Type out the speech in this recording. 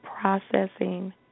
Processing